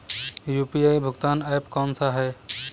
UPI भुगतान app कौन सा है?